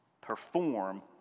perform